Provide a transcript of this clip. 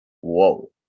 whoa